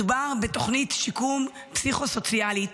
מדובר בתוכנית שיקום פסיכוסוציאלית